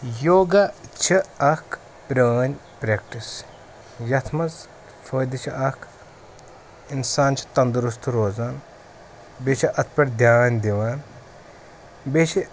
یوگا چھِ اَکھ پرٛٲنۍ پرٛٮ۪کٹِس یَتھ منٛز فٲیدٕ چھِ اَکھ اِنسان چھُ تندرُست روزان بیٚیہِ چھِ اَتھ پٮ۪ٹھ دھیان دِوان بیٚیہِ چھِ